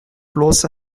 bloß